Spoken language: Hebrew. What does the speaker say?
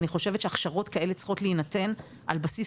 ואני חושבת שהכשרות כאלה צריכות להינתן על בסיס